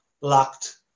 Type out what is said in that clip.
locked